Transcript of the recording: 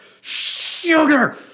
sugar